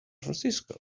francisco